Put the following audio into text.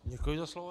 Děkuji za slovo.